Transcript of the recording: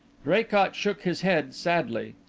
draycott shook his head sadly.